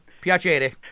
piacere